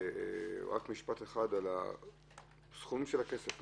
רק משפט אחד על הסכומים של הכסף.